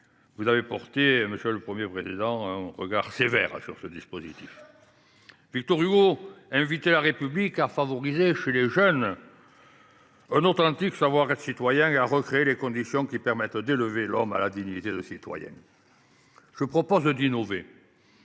d’ailleurs porté, monsieur le Premier président, un regard sévère sur ce dispositif. Victor Hugo invitait la République à favoriser chez les jeunes « un authentique savoir être citoyen » et à recréer les conditions qui permettent d’élever « l’homme à la dignité de citoyen ». Je propose d’innover